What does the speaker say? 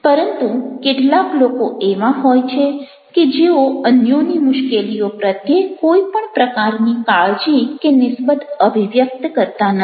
પરંતુ કેટલાક લોકો એવા હોય છે કે જેઓ અન્યોની મુશ્કેલીઓ પ્રત્યે કોઈ પણ પ્રકારની કાળજી કે નિસ્બત અભિવ્યક્ત કરતા નથી